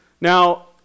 Now